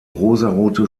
rosarote